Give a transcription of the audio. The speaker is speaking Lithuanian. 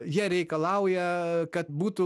jie reikalauja kad būtų